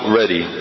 ready